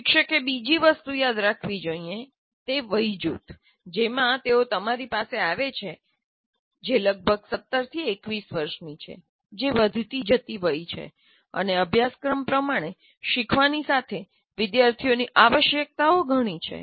શિક્ષકે બીજી વસ્તુ યાદ રાખવી જોઈએ તે વય જૂથ જેમાં તેઓ તમારી પાસે આવે છે જે લગભગ 17 થી 21 છે જે વધતી જતી વય છે અને અભ્યાસક્રમ પ્રમાણે શીખવાની સાથે વિદ્યાર્થીઓની આવશ્યકતાઓ ઘણી છે